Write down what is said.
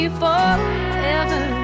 forever